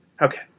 Okay